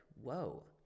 whoa